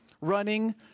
running